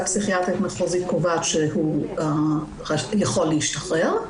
פסיכיאטרית מחוזית קובעת שהוא יכול להשתחרר.